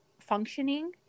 functioning